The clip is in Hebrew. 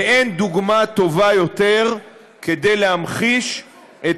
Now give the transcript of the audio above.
ואין דוגמה טובה יותר כדי להמחיש את